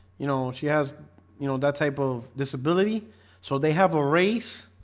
you know she has you know that type of disability so they have a race